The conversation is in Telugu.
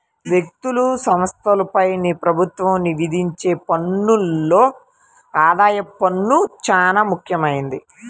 వ్యక్తులు, సంస్థలపై ప్రభుత్వం విధించే పన్నుల్లో ఆదాయపు పన్ను చానా ముఖ్యమైంది